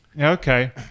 Okay